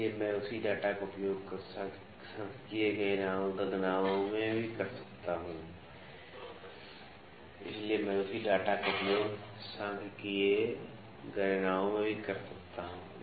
इसलिए मैं उसी डेटा का उपयोग सांख्यिकीय गणनाओं में भी कर सकता हूं